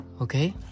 Okay